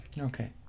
Okay